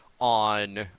on